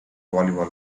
volleyball